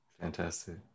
fantastic